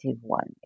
one